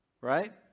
Right